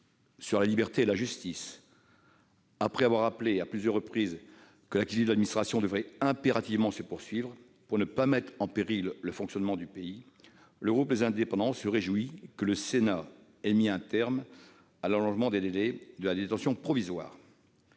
sur la liberté et la justice ensuite : après avoir rappelé à plusieurs reprises que l'activité de l'administration devrait impérativement se poursuivre pour ne pas mettre en péril le fonctionnement du pays, le groupe Les Indépendants - République et Territoires se réjouit que le Sénat ait mis un terme à l'extension des délais de la détention provisoire.